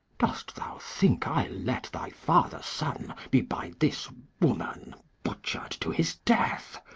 dost thou think i'll let thy father's son be by this woman butchered to his death?